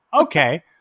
Okay